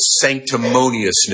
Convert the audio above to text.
sanctimoniousness